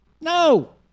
No